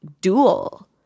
duel